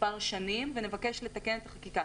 מספר שנים ונבקש לתקן את החקיקה.